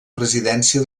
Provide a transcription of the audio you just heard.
presidència